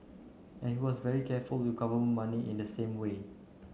and he was very careful with government money in the same way